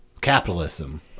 capitalism